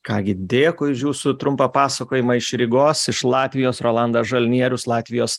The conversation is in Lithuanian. ką gi dėkui už jūsų trumpą pasakojimą iš rygos iš latvijos rolandas žalnierius latvijos